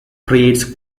creates